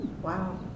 Wow